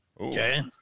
Okay